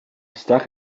stuck